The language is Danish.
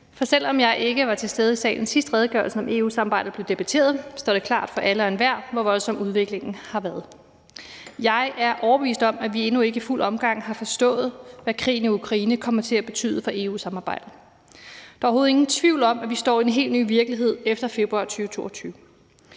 for selv om jeg ikke var til stede i salen, sidst redegørelsen om EU-samarbejdet blev debatteret, står det klart for alle og enhver, hvor voldsom udviklingen har været. Jeg er overbevist om, at vi endnu ikke i fuldt omfang har forstået, hvad krigen i Ukraine kommer til at betyde for EU-samarbejdet. Der er overhovedet ingen tvivl om, at vi står i en helt ny virkelighed efter februar 2022.